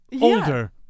Older